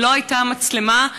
אם לא הייתה המצלמה,